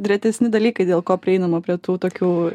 retesni dalykai dėl ko prieinama prie tų tokių